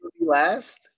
last